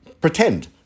pretend